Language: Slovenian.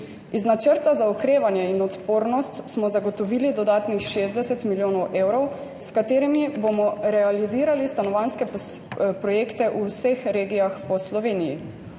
Iz Načrta za okrevanje in odpornost smo zagotovili dodatnih 60 milijonov evrov, s katerimi bomo realizirali stanovanjske projekte v vseh regijah po Sloveniji.